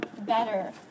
better